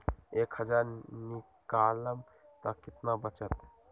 एक हज़ार निकालम त कितना वचत?